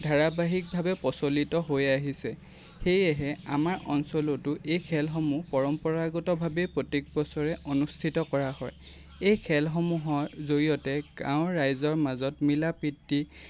ধাৰাবাহিকভাৱে প্ৰচলিত হৈ আহিছে সেয়েহে আমাৰ অঞ্চলতো এই খেলসমূহ পৰম্পৰাগতভাৱে প্ৰত্যেক বছৰে অনুষ্ঠিত কৰা হয় এই খেলসমূহৰ জৰিয়তে গাঁৱৰ ৰাইজৰ মাজত মিলা প্ৰীতি